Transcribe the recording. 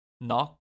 Knock